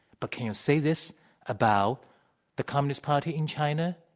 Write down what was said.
but can you say this about the communist party in china?